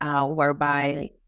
whereby